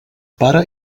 pare